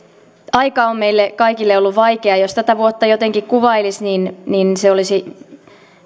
aika on meille kaikille ollut vaikea ja jos tätä vuotta jotenkin kuvailisi niin niin